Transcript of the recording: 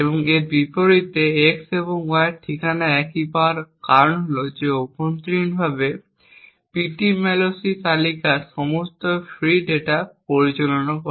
এবং এর বিপরীতে x এবং y একই ঠিকানা পাওয়ার কারণ হল যে অভ্যন্তরীণভাবে ptmalloc তালিকার সমস্ত ফ্রি ডেটা পরিচালনা করে